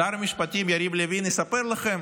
שר המשפטים יריב לוין יספר לכם